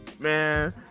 Man